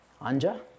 Anja